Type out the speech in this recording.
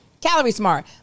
calorie-smart